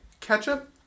Ketchup